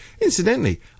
incidentally